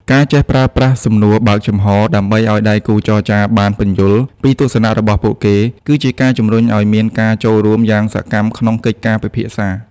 ការចេះប្រើប្រាស់ "សំណួរបើកចំហ" ដើម្បីឱ្យដៃគូចរចាបានពន្យល់ពីទស្សនៈរបស់ពួកគេ គឺជាការជំរុញឱ្យមានការចូលរួមយ៉ាងសកម្មក្នុងកិច្ចពិភាក្សា។